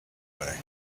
way